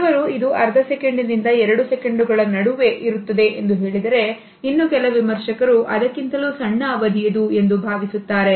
ಕೆಲವರು ಇದು ಅರ್ಧ ಸೆಕೆಂಡಿನಿಂದ ಎರಡು ಸೆಕೆಂಡುಗಳ ನಡುವೆ ಇವೆ ಎಂದು ಹೇಳಿದರೆ ಇನ್ನು ಕೆಲ ವಿಮರ್ಶಕರು ಅದಕ್ಕಿಂತಲೂ ಸಣ್ಣ ಅವಧಿಯದು ಎಂದು ಭಾವಿಸಿದ್ದಾರೆ